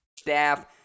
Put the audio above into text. staff